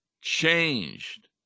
changed